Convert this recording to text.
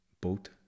boat